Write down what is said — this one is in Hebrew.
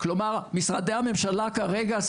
כלומר משרדי הממשלה כרגע,